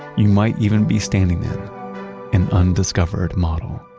you might even be standing in an undiscovered model.